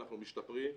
אנחנו משתפרים,